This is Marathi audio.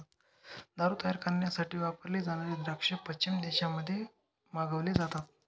दारू तयार करण्यासाठी वापरले जाणारे द्राक्ष पश्चिमी देशांमध्ये मागवले जातात